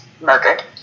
murdered